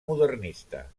modernista